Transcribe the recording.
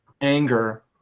anger